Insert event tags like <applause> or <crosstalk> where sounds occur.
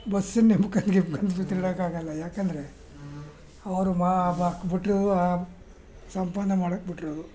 ಬಸ್ಸನ್ನ ನಂಬ್ಕೊಂಡು ಗಿಮ್ಕೊಂದ್ <unintelligible> ಯಾಕೆಂದ್ರೆ ಅವರು ಮಾ ಬಾ ಬಿಟ್ಟಿರೋದು ಸಂಪನ್ನ ಮಾಡೋಕೆ ಬಿಟ್ಟಿರೋದು